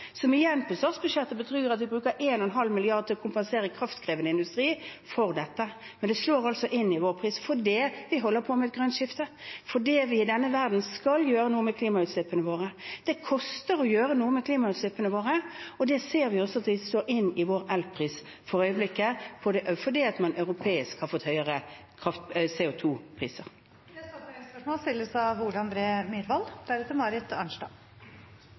som igjen betyr at vi på statsbudsjettet bruker 1,5 mrd. kr til å kompensere kraftkrevende industri for dette. Men det slår altså inn på prisen – fordi vi holder på med et grønt skifte, fordi vi i denne verden skal gjøre noe med klimautslippene våre. Det koster å gjøre noe med klimautslippene våre, og det ser vi også slår inn på elprisene våre for øyeblikket, fordi man i Europa har fått høyere CO 2 -priser. Ole André Myhrvold – til oppfølgingsspørsmål. Denne avgiftsøkningen på biodiesel har lite med palmeolje å gjøre. Uavhengig av